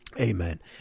Amen